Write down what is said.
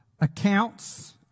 accounts